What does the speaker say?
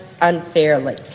unfairly